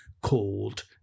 called